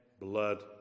blood